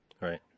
Right